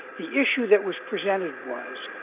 the issue that was presented was,